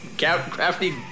Crafty